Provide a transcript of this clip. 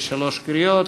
בשלוש קריאות.